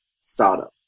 startup